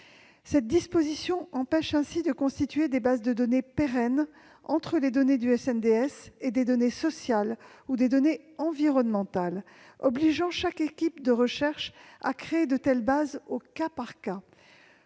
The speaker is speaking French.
Cette disposition empêche ainsi de constituer des bases de données pérennes entre les données du SNDS et des données sociales ou des données environnementales, ce qui oblige chaque équipe de recherche à créer de telles bases au cas par cas.